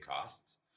costs